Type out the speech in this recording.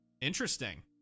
interesting